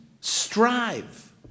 Strive